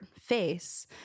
face